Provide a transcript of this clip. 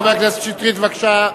חבר הכנסת שטרית, בבקשה.